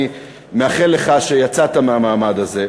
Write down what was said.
אני מאחל לך שיצאת מהמעמד הזה.